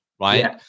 right